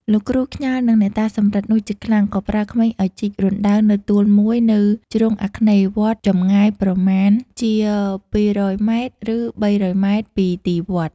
លោកគ្រូខ្ញាល់នឹងអ្នកតាសំរឹទ្ធនោះជាខ្លាំង ក៏ប្រើក្មេងឲ្យជីករណ្ដៅនៅទួលមួយនៅជ្រុងអាគ្នេយ៍វត្ត ចម្ងាយប្រមាណជា ២០០ម. ឬ ៣០០ម. ពីទីវត្ត។